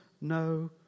no